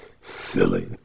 Silly